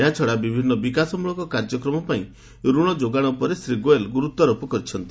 ଏହାଛଡ଼ା ବିଭିନ୍ନ ବିକାଶମୂଳକ କାର୍ଯ୍ୟକ୍ରମ ପାଇଁ ରଣ ଯୋଗାଣ ଉପରେ ଶ୍ରୀ ଗୋଏଲ୍ ଗୁରୁତ୍ୱାରୋପ କରିଛନ୍ତି